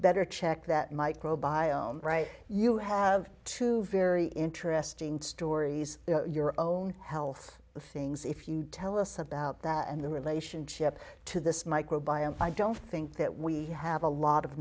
better check that micro biome right you have two very interesting stories your own health things if you tell us about that and the relationship to this micro biome i don't think that we have a lot of